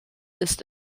ist